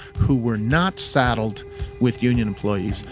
who were not saddled with union employees,